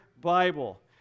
Bible